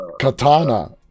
Katana